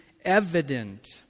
evident